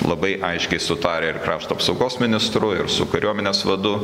labai aiškiai sutarę ir krašto apsaugos ministru ir su kariuomenės vadu